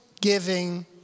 giving